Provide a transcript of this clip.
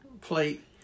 plate